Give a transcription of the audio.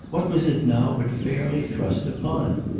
what was it now but fairly thrust upon him?